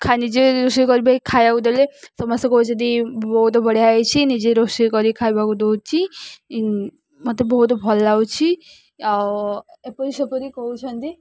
ଖାଲି ନିଜେ ରୋଷେଇ କରିବା ଖାଇବାକୁ ଦେଲେ ସମସ୍ତେ କହୁଛନ୍ତି ବହୁତ ବଢ଼ିଆ ହେଇଛି ନିଜେ ରୋଷେଇ କରି ଖାଇବାକୁ ଦେଉଛି ମୋତେ ବହୁତ ଭଲ ଲାଗୁଛି ଆଉ ଏପରି ସେପରି କହୁଛନ୍ତି